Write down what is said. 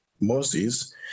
Moses